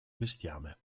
bestiame